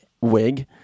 wig